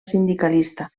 sindicalista